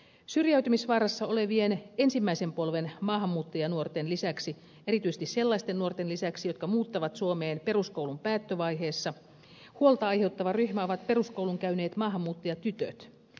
syrjäytymisvaarassa olevien ensimmäisen polven maahanmuuttajanuorten lisäksi erityisesti sellaisten nuorten lisäksi jotka muuttavat suomeen peruskoulun päättövaiheessa huolta aiheuttava ryhmä ovat peruskoulun käyneet maahanmuuttajatytöt